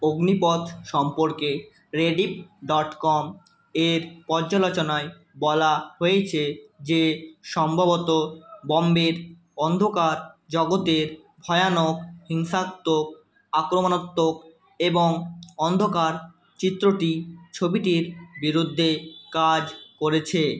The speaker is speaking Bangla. অগ্নিপথ সম্পর্কে রেডিফ ডট কম এর পর্যালোচনায় বলা হয়েছে যে সম্ভবত বম্বের অন্ধকার জগতের ভয়ানক হিংসাত্মক আক্রমণাত্মক এবং অন্ধকার চিত্রটি ছবিটির বিরুদ্ধে কাজ করেছে